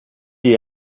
est